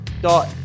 dot